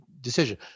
decision